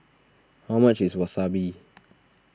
how much is Wasabi